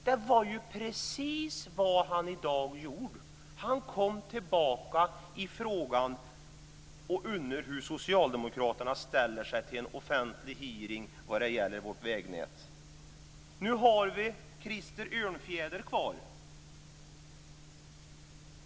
Det var ju precis vad han i dag gjorde! Han kom tillbaka i frågan och undrade hur Socialdemokraterna ställer sig till en offentlig hearing om vårt vägnät. Nu har vi Krister Örnfjäder kvar.